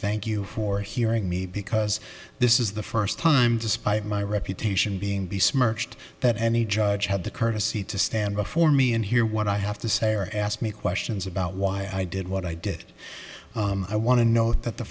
thank you for hearing me because this is the first time despite my reputation being be smirched that any judge had the courtesy to stand before me and hear what i have to say or ask me questions about why i did what i did i want to note that the